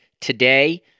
today